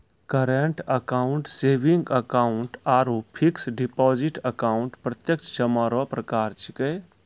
current account saving account आरु fix deposit account प्रत्यक्ष जमा रो प्रकार छिकै